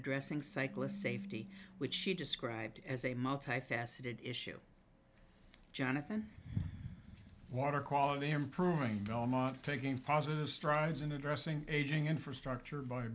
addressing cyclist safety which she described as a multi faceted issue jonathan water quality improvement on taking positive strides in addressing aging infrastructure